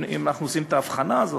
אם אנחנו עושים את ההבחנה הזאת,